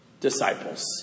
disciples